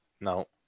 No